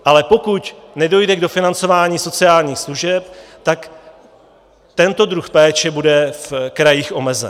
Ale pokud nedojde k dofinancování sociálních služeb, tak tento druh péče bude v krajích omezen.